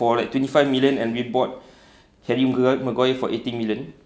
for like twenty five million and we bought harry maguire for eighteen million